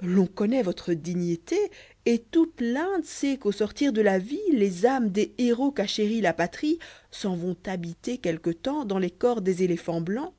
l'on connoît votre dignité et toute l'inde sait qu'au sortir de la vie les âmes des héros qu'a chéris la patrie s'en vont habiter quelque temps dans les corps des éléphants blancs